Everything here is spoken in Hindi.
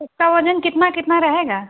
उसका वजन कितना कितना रहेगा